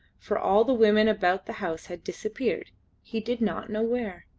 for all the women about the house had disappeared he did not know where.